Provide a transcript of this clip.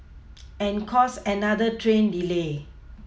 and cause another train delay